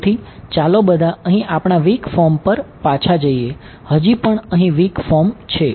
તેથી ચાલો બધાં અહીં આપણા વીક ફોર્મ પર પાછા જઈએ હજી પણ અહીં વીક ફોર્મ છે